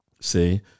See